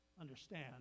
understand